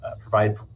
provide